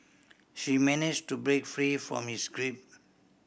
she managed to break free from his grip